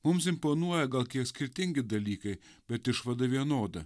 mums imponuoja gal kiek skirtingi dalykai bet išvada vienoda